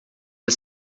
the